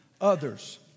others